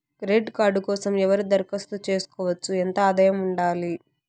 Credit card కోసం ఎవరు దరఖాస్తు చేసుకోవచ్చు? ఎంత ఆదాయం ఉండాలి?